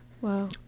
Wow